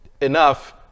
enough